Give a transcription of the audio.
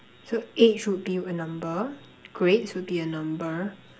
so age would be a number grades would be a number